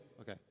Okay